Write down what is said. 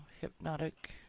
hypnotic